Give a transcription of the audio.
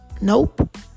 Nope